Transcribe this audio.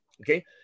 okay